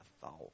thought